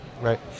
Right